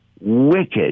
wicked